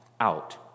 out